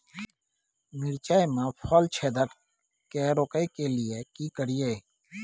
मिर्चाय मे फल छेदक के रोकय के लिये की करियै?